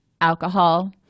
Alcohol